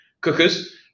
Cookers